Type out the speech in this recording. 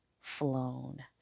flown